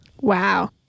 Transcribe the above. Wow